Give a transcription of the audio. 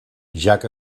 jack